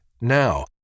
now